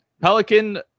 Pelican